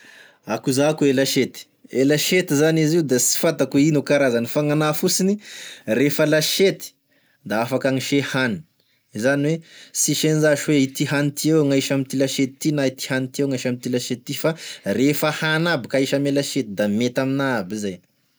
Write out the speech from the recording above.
Akô zà koa e lasety, e lasety zany izy io de sy fantako oe ino e karazany fa gn'anà fosiny refa lasety da afaky agnisia hany, zany hoe tsisy an'zashe oe ty hany ty avao gn'ahisy am'ity lasety na ty hany ty avao gn'ahisy am lasety ty fa refa hany aby ka ahisy ame lasety da mety aminà aby zay.